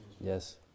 Yes